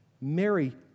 Mary